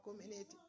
community